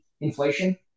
inflation